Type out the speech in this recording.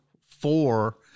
four